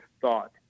thought